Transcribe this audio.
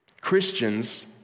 Christians